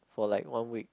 for like one week